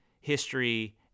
history